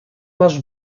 masz